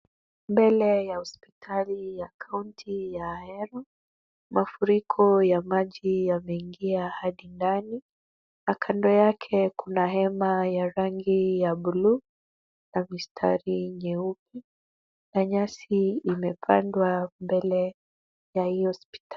Mbele ya hospitali ya kaunti ya Ahero, mafuriko ya maji yameingia hadi ndani na kando yake kuna hema ya rangi ya blue na mistari nyeupe na nyasi imepandwa mbele ya hiyo hospitali.